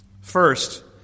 First